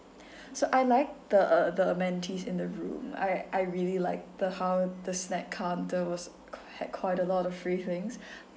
so I like the the amenities in the room I I really like the how the snack counter was had quite a lot of free things